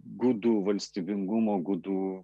gudų valstybingumo gudų